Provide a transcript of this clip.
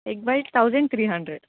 egg bite thousand three hundred